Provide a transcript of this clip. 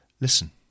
Listen